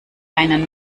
einen